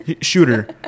Shooter